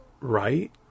right